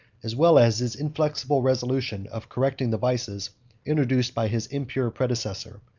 as well as his inflexible resolution, of correcting the vices introduced by his impure predecessor,